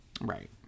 right